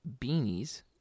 beanies